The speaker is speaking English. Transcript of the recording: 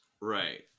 Right